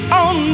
on